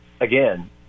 again